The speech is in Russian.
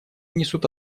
несут